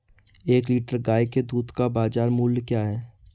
एक लीटर गाय के दूध का बाज़ार मूल्य क्या है?